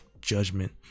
judgment